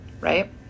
right